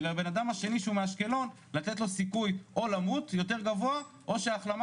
ולבנאדם השני שהוא מאשקלון לתת לו סיכוי או למות יותר גבוה או שההחלמה